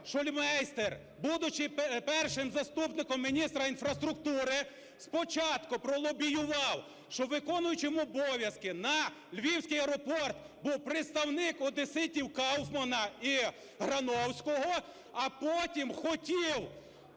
Шульмейстер, будучи першим заступником міністра інфраструктури, спочатку пролобіював, щоб виконуючим обов'язки на Львівський аеропорт був представник одеситів Кауфмана і Грановського, а потім хотів